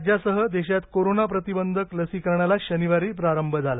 राज्यासह देशात कोरोना प्रतिबंधक लसीकरणाला शनिवारी प्रारंभ झाला